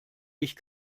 ich